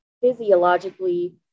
physiologically